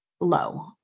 low